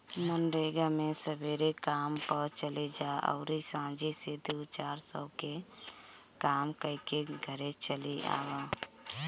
मनरेगा मे सबेरे काम पअ चली जा अउरी सांझी से दू चार सौ के काम कईके घरे चली आवअ